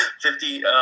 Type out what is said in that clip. Fifty